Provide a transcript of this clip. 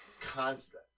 constant